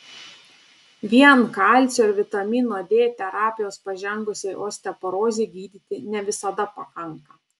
vien kalcio ir vitamino d terapijos pažengusiai osteoporozei gydyti ne visada pakanka